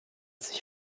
sich